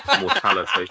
mortality